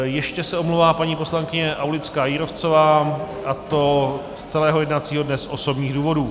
Ještě se omlouvá paní poslankyně Aulická Jírovcová, a to z celého jednacího dne z osobních důvodů.